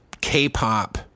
K-pop